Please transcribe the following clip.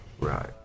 Right